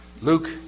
Luke